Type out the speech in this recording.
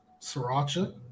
Sriracha